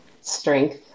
strength